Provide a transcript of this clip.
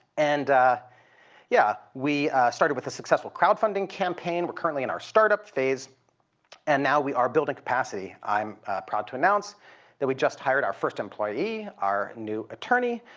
and yeah, we started with a successful crowdfunding campaign. we're currently in our startup phase and now we are building capacity. i'm proud to announce that we just hired our first employee, our new attorney,